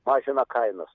mažina kainas